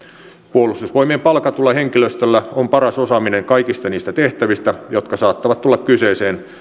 puolustusvoimien palkatulla henkilöstöllä on paras osaaminen kaikista niistä tehtävistä jotka saattavat tulla kyseeseen